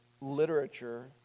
literature